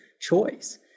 choice